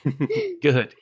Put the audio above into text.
Good